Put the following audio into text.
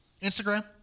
Instagram